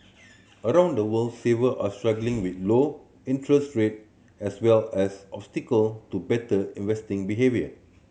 around the world saver are struggling with low interest rate as well as obstacle to better investing behaviour